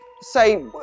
say